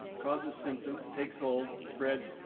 causes symptoms, takes hold, spreads,